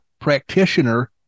practitioner